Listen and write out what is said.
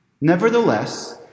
Nevertheless